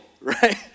Right